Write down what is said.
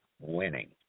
winning